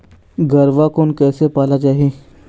गरवा कोन कइसे पाला जाही?